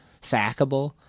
Sackable